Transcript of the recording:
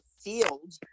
field